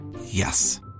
Yes